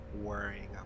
worrying